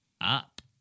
up